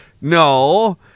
No